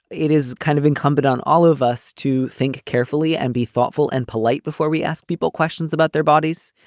it is kind of incumbent on all of us to think carefully and be thoughtful and polite before we ask people questions about their bodies.